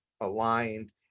aligned